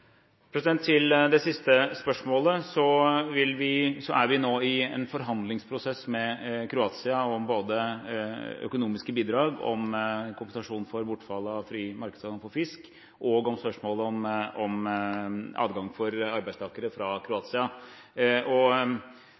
er vi nå i en forhandlingsprosess med Kroatia om både økonomiske bidrag, om kompensasjon for bortfall av fri markedsadgang for fisk, og om spørsmålet om adgang for arbeidstakere fra Kroatia.